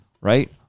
Right